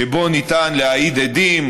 שבו ניתן להעיד עדים,